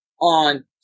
on